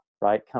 right